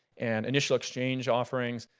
and initial exchange offerings,